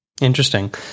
Interesting